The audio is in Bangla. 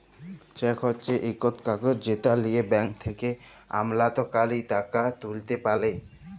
চ্যাক হছে ইকট কাগজ যেট লিঁয়ে ব্যাংক থ্যাকে আমলাতকারী টাকা তুইলতে পারে